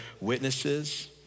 witnesses